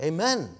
Amen